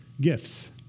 Gifts